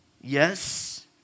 Yes